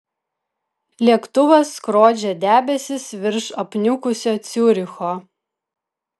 lėktuvas skrodžia debesis virš apniukusio ciuricho